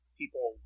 people